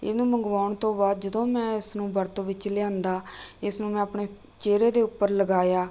ਇਹਨੂੰ ਮੰਗਵਾਉਣ ਤੋਂ ਬਾਅਦ ਜਦੋਂ ਮੈਂ ਇਸ ਨੂੰ ਵਰਤੋਂ ਵਿੱਚ ਲਿਆਂਦਾ ਇਸ ਨੂੰ ਮੈਂ ਆਪਣੇ ਚਿਹਰੇ ਦੇ ਉੱਪਰ ਲਗਾਇਆ